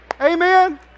Amen